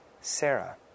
Sarah